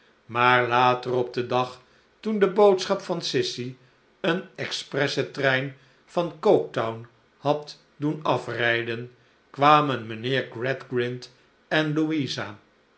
maar later op den dag toen de boodschap van sissy een expressetrein van coketown had doen afrijden kwamen mijnheer g radgrind en louisa